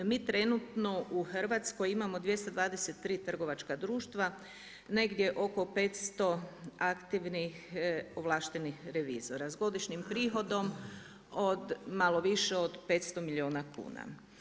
Mi trenutno u Hrvatskoj imamo 223 trgovačka društva, negdje oko 500 aktivnih ovlaštenih revizora s godišnjim prihodom malo više od 500 milijuna kuna.